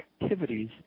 activities